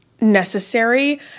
necessary